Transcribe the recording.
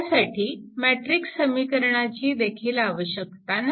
त्यासाठी मॅट्रिक्स समीकरणाची देखील आवश्यकता नाही